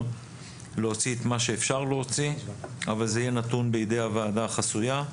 להוציא את מה שאפשר להוציא אבל זה יהיה נתון בידי הוועדה החסויה.